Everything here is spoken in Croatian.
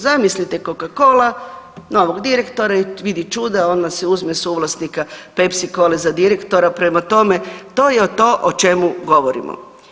Zamislite Coca cola novog direktora i vidi čuda, odmah si uzme suvlasnika Pepsi Cole za direktora, prema tome, to je to o čemu govorimo.